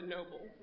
Noble